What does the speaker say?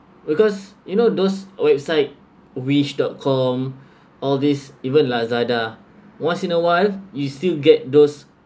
because you know those website wish dot com all these even lazada once in a while you still get those